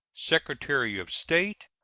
secretary of state,